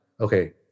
okay